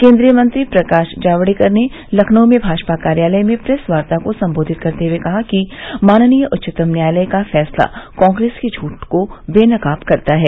केन्द्रीय मंत्री प्रकाश जावड़ेकर ने लखनऊ में भाजपा कार्यालय में प्रेस वार्ता को संबेधित करते हुए कहा कि माननीय उच्चतम न्यायालय का फैसला कांग्रेस के झूठ को बेनकाब करता है